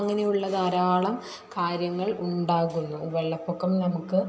അങ്ങനെയുള്ള ധാരാളം കാര്യങ്ങൾ ഉണ്ടാകുന്നു വെള്ളപ്പൊക്കം നമുക്ക്